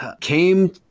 came